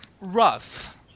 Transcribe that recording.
Rough